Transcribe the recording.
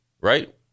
right